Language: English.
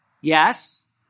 yes